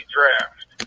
Draft